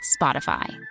Spotify